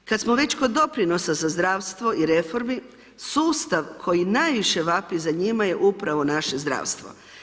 Kad smo već kod doprinosa za zdravstvo i reformi, sustav koji najviše vapi za njima je upravo naše zdravstvo.